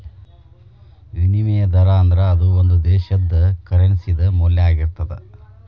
ವಿನಿಮಯ ದರಾ ಅಂದ್ರ ಅದು ಒಂದು ದೇಶದ್ದ ಕರೆನ್ಸಿ ದ ಮೌಲ್ಯ ಆಗಿರ್ತದ